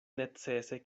necese